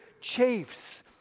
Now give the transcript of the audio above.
chafes